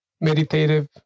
meditative